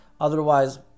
otherwise